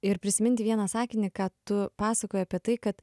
ir prisiminti vieną sakinį ką tu pasakoji apie tai kad